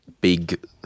big